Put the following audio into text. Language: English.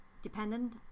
dependent